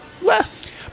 less